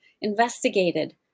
investigated